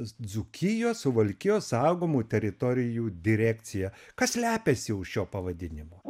dzūkijos suvalkijos saugomų teritorijų direkcija kas slepiasi už šio pavadinimo